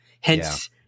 Hence